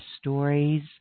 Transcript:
stories